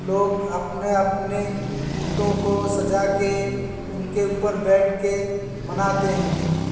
लोग अपने अपने ऊँटों को सजा के उनके ऊपर बैठ के मनाते हैं